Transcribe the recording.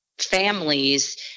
families